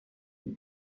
elle